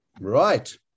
Right